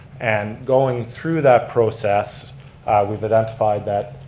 and going through that process we've identified that